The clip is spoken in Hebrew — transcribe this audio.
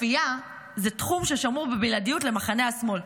כפייה זה תחום ששמור בבלעדיות למחנה השמאל,